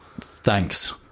Thanks